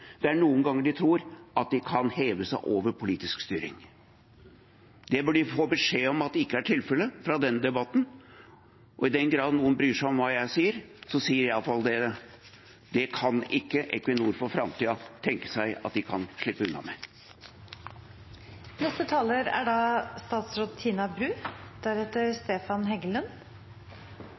at de kan heve seg over politisk styring. Det bør de få beskjed om at ikke er tilfellet, fra denne debatten. Og i den grad noen bryr seg om hva jeg sier, sier jeg i alle fall dette: Det kan ikke Equinor for framtiden tenke seg at de kan slippe unna